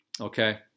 okay